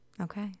Okay